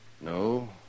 No